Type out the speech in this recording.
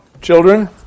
Children